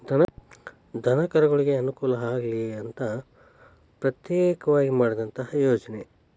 ದನಕರುಗಳಿಗೆ ಅನುಕೂಲ ಆಗಲಿ ಅಂತನ ಪ್ರತ್ಯೇಕವಾಗಿ ಮಾಡಿದಂತ ಯೋಜನೆ